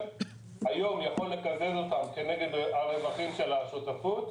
היום יכול לקבל אותם כנגד הרווחים של השותפות,